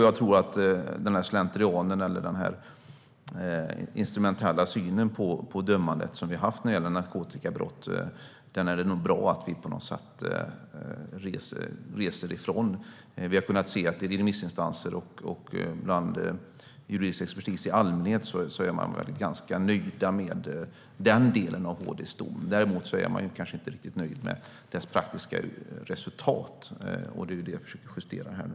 Jag tror att det är bra att vi går ifrån den instrumentella synen på dömandet som vi har haft när det gäller narkotikabrott. Remissinstanser och juridisk expertis i allmänhet är ganska nöjda med den delen av HD:s dom. Däremot är man kanske inte nöjd med det praktiska resultatet. Det är det vi försöker justera här nu.